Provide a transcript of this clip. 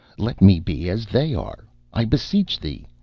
let me be as they are, i beseech thee,